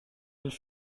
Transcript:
elles